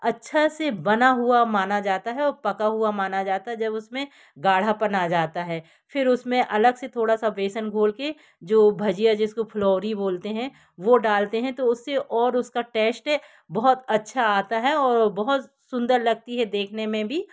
अच्छे से बनी हुई मानी जाती है और पकी हुई मानी जाती है जब उस में गाढ़ापन आ जाता है फिर उस में अलग से थोड़ा सा बेसन घोल कर जो भजिया जिसको फुलोरी बोलते हैं वो डालते हैं तो उससे और उसका टैश्ट बहुत अच्छा आता है और बहुत सुंदर लगती है देखने में भी